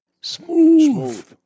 Smooth